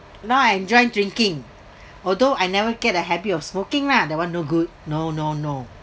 no I enjoy drinking although I never get a habit of smoking lah that one no good no no no